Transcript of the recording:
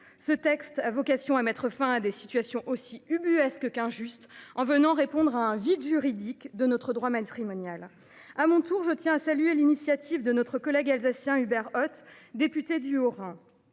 Ce texte a vocation à mettre fin à des situations aussi ubuesques qu’injustes en venant répondre à un vide juridique de notre droit matrimonial. À mon tour, je tiens à saluer l’initiative de notre collègue alsacien Hubert Ott, député du Haut Rhin.